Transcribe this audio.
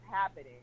happening